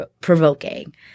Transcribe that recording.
provoking